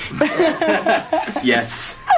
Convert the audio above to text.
Yes